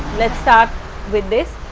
let's start with this!